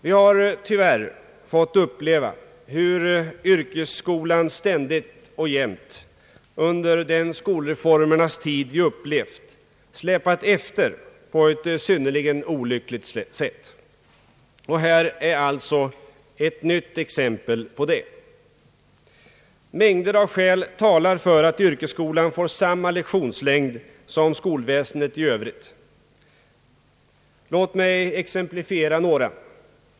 Vi har tyvärr fått bevittna hur yrkesskolan under den skolreformernas tid vi upplevt ständigt och jämt släpat efter på ett synnerligen olyckligt sätt, och här är alltså ett nytt exempel på det. En mångfald skäl talar för att yrkesskolan får samma lektionslängd som skolväsendet i Övrigt. Låt mig exemplifiera några.